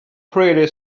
pretty